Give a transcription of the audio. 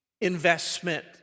investment